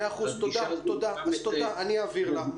תודה, אני אעביר לה.